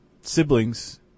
siblings